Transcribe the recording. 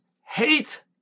hate